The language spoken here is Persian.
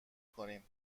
کنیم